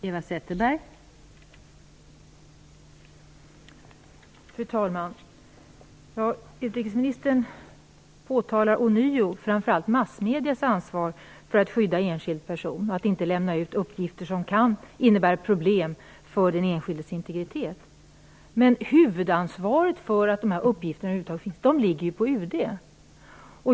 Fru talman! Utrikesministern påtalar ånyo framför allt massmediernas ansvar för att skydda enskild person och för att inte lämna ut uppgifter som kan innebära problem för den enskildes integritet. Men huvudansvaret för att de här uppgifterna över huvud taget finns ligger ju på UD.